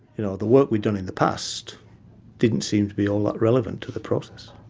you know, the work we'd done in the past didn't seem to be all that relevant to the process.